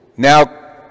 Now